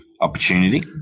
opportunity